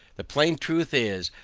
the plain truth is,